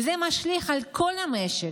וזה משליך על כל המשק,